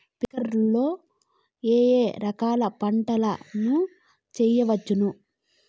స్ప్రింక్లర్లు లో ఏ ఏ రకాల పంటల ను చేయవచ్చును?